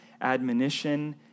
admonition